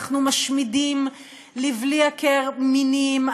אנחנו משמידים לבלי הכר מינים,